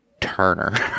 turner